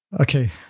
Okay